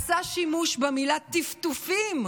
עשה שימוש במילה "טפטופים"